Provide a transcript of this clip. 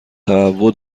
تهوع